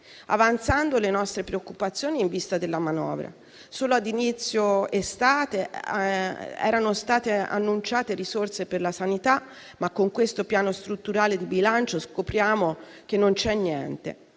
avanzando le nostre preoccupazioni in vista della manovra. Solo ad inizio estate erano state annunciate risorse per la sanità, ma con questo Piano strutturale di bilancio scopriamo che non c'è niente.